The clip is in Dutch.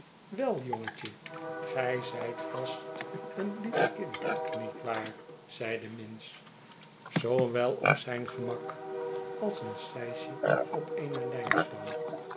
wei jongetje gij zijt vast een lief kind niet waar zeide minns zoo wel op zijn gemak als een sijsje op eene